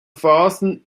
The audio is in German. phasen